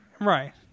Right